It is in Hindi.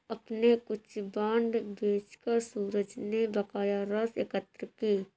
अपने कुछ बांड बेचकर सूरज ने बकाया राशि एकत्र की